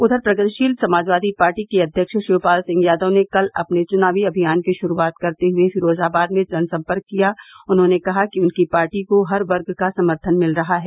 उधर प्रगतिशील समाजवादी पार्टी के अध्यक्ष शिवपाल सिंह यादव ने कल अपने चुनावी अभियान की शुरूआत करते हए फिरोजाबाद में जनसंपर्क किया उन्होंने कहा कि उनकी पार्टी को हर वर्ग का समर्थन मिल रहा है